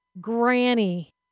granny